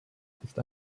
ist